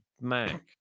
Mac